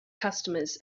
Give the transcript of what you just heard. customers